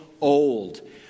old